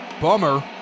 Bummer